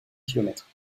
kilomètres